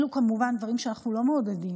אלה כמובן דברים שאנחנו לא מעודדים,